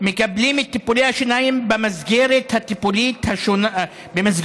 מקבלים את טיפולי השיניים במסגרות הטיפוליות השונות